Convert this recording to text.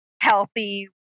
healthy